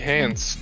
Hands